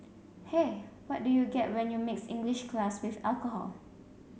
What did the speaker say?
hey what do you get when you mix English class with alcohol